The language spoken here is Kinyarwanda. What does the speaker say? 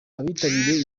abitabiriye